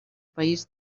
país